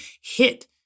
hit